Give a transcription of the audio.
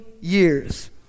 years